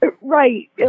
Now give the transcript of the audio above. Right